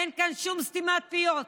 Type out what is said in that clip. אין כאן שום סתימת פיות.